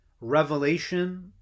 revelation